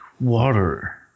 water